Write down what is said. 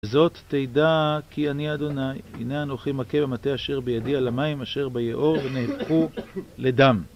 זאת תידע כי אני אדוני, הנה אנוכי מכה במטה אשר בידי, על המים אשר ביאור ונהפכו לדם.